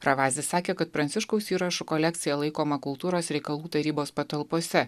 ravasi sakė kad pranciškaus įrašų kolekcija laikoma kultūros reikalų tarybos patalpose